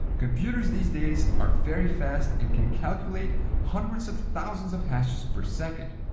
computers these days are very fast and can calculate hundreds of thousands of hashes per second.